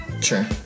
Sure